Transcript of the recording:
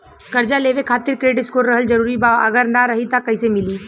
कर्जा लेवे खातिर क्रेडिट स्कोर रहल जरूरी बा अगर ना रही त कैसे मिली?